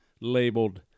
labeled